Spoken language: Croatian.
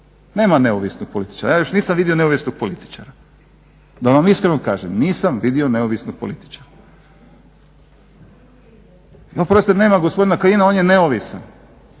Nema neovisnog političara, ja još nisam vidio neovisnog političara da vam iskreno kažem, nisam vidio neovisnog političara. Oprostite, nema gospodina Kajina, on je neovisan,